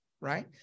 right